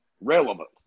relevant